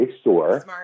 store